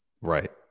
Right